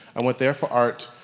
and went there for art.